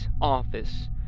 office